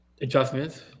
adjustments